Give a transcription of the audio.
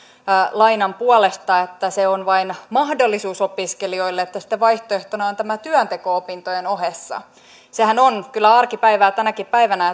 lainan puolesta että se on vain mahdollisuus opiskelijoille että sitten vaihtoehtona on tämä työnteko opintojen ohessa sehän on kyllä arkipäivää tänäkin päivänä